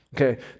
okay